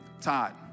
Todd